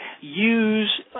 use